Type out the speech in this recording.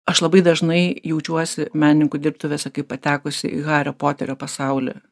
aš labai dažnai jaučiuosi menininkų dirbtuvėse kaip patekusi į hario poterio pasaulį